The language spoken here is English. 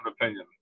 opinion